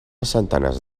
centenars